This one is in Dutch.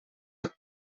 het